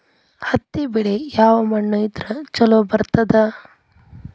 ಹತ್ತಿ ಬೆಳಿ ಯಾವ ಮಣ್ಣ ಇದ್ರ ಛಲೋ ಬರ್ತದ?